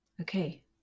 Okay